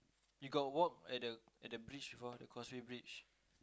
you got walk at the at the bridge before the causeway bridge